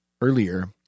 earlier